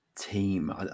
team